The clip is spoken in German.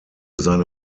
seine